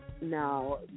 Now